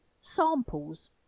Samples